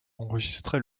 enregistré